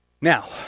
Now